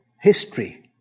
history